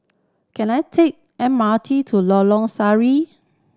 can I take M R T to Lorong Sari